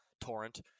torrent